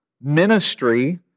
ministry